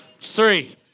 three